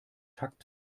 takt